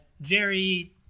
Jerry